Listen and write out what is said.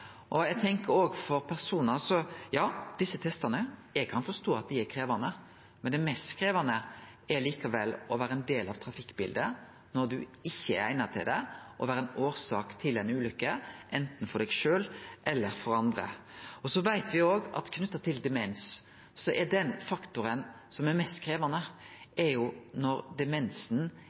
Eg kan forstå at for nokre er desse testane krevjande, men det mest krevjande er likevel å vere ein del av trafikkbildet når ein ikkje er eigna til det, og å vere årsak til ei ulykke anten for deg sjølv eller for andre. Når det gjeld demens, veit me òg at den faktoren som er mest krevjande, er når demensen